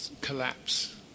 collapse